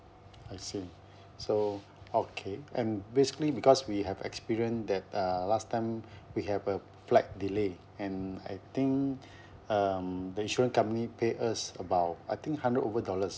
I see so okay and basically because we have experience that uh last time we have a flight delay and I think um the insurance company paid us about I think hundred over dollars